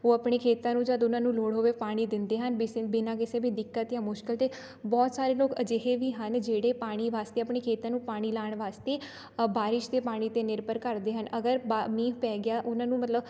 ਉਹ ਆਪਣੇ ਖੇਤਾਂ ਨੂੰ ਜਦ ਉਹਨਾਂ ਨੂੰ ਲੋੜ ਹੋਵੇ ਪਾਣੀ ਦਿੰਦੇ ਹਨ ਬਿਸਨ ਬਿਨਾਂ ਕਿਸੇ ਵੀ ਦਿੱਕਤ ਜਾਂ ਮੁਸ਼ਕਲ ਤੋਂ ਬਹੁਤ ਸਾਰੇ ਲੋਕ ਅਜਿਹੇ ਵੀ ਹਨ ਜਿਹੜੇ ਪਾਣੀ ਵਾਸਤੇ ਆਪਣੇ ਖੇਤਾਂ ਨੂੰ ਪਾਣੀ ਲਾਉਣ ਵਾਸਤੇ ਬਾਰਿਸ਼ ਦੇ ਪਾਣੀ 'ਤੇ ਨਿਰਭਰ ਕਰਦੇ ਹਨ ਅਗਰ ਬਾ ਮੀਂਹ ਪੈ ਗਿਆ ਉਹਨਾਂ ਨੂੰ ਮਤਲਬ